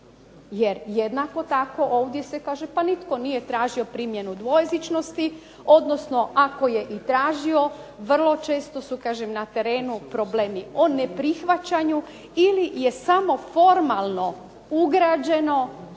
jer jednako tako ovdje se kaže pa nitko nije tražio primjenu dvojezičnosti, odnosno ako je i tražio vrlo često kažem na terenu su problemi o neprihvaćanju ili je samo formalno ugrađeno u statute,